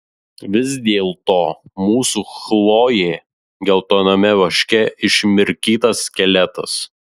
vis dėlto mūsų chlojė geltoname vaške išmirkytas skeletas